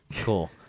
cool